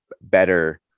better